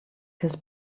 his